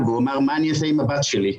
ואמר לי 'מה אני אעשה עם הילדה שלי'.